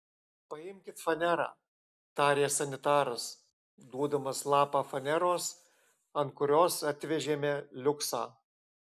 paimkit fanerą tarė sanitaras duodamas lapą faneros ant kurios atvežėme liuksą